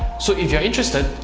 so if you're interested,